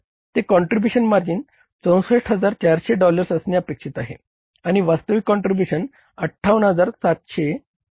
ते contribution margin 64400 dollars असणे अपेक्षित आहे आणि वास्तविक काँट्रीब्युशन 58730 आहे